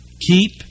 keep